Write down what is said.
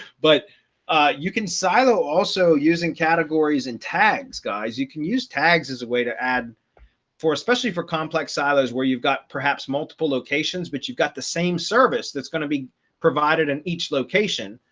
but you can silo also using categories and tags, guys, you can use tags as a way to add for especially for complex silos where you've got perhaps multiple locations, but you've got the same service that's going to be provided in each location.